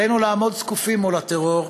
עלינו לעמוד זקופים מול הטרור,